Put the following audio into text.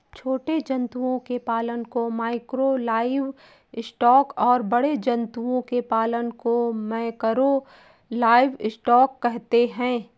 छोटे जंतुओं के पालन को माइक्रो लाइवस्टॉक और बड़े जंतुओं के पालन को मैकरो लाइवस्टॉक कहते है